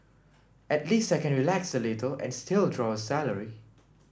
at least I can relax a little and still draw a salary